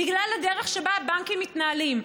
בגלל הדרך שבה הבנקים מתנהלים,